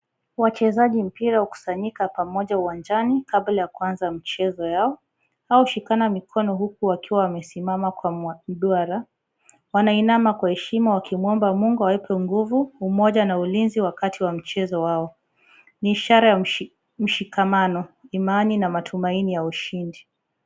Wachezaji mpira hukusanyika pamoja uwanjani kabla ya kuanza mchezo yao. Wao hushikana mikono huku wakiwa wamesimama kwa kiduara. Wanainama kwa heshima wakimwomba Mungu awape nguvu, umoja na ulinzi wakati wa mchezo wao. Ni ishara ya mshikamano, imani na matumaini ya ushindi.